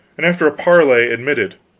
and after a parley admitted.